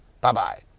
Bye-bye